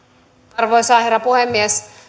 arvoisa herra puhemies